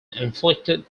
inflicted